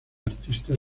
artistas